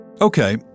Okay